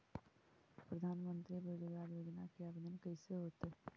प्रधानमंत्री बेरोजगार योजना के आवेदन कैसे होतै?